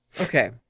Okay